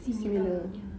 similar ya